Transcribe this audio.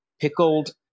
pickled